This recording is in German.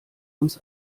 uns